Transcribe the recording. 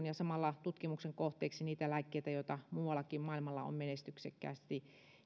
ja samalla tutkimuksen kohteeksi niitä lääkkeitä joita muuallakin maailmalla on menestyksekkäästi